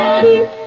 keep